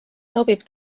sobib